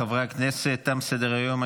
חברי הכנסת, תם סדר-היום.